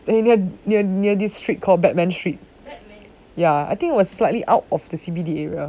eh ne~ near near district called batman street ya I think was slightly out of the C_B_D area